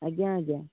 ଆଜ୍ଞା ଆଜ୍ଞା